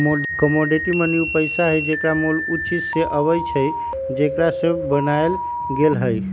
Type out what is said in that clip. commodity money उ पइसा हइ जेकर मोल उ चीज से अबइ छइ जेकरा से बनायल गेल हइ